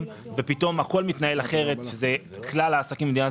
ופתאום הכול מתנהל אחרת כאשר זה כלל העסקים במדינה.